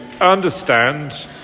understand